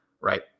right